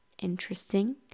Interesting